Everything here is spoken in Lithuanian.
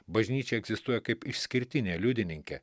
bažnyčia egzistuoja kaip išskirtinė liudininke